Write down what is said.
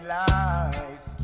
life